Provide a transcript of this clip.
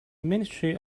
ministry